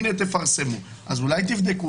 אז אולי תבדקו?